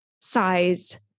size